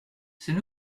c’est